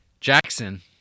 Jackson